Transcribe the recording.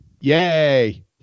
Yay